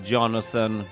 Jonathan